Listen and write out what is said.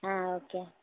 okay